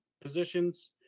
positions